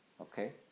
Okay